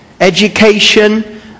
Education